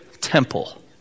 temple